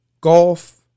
Golf